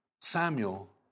Samuel